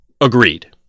Agreed